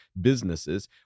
businesses